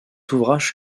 ouvrage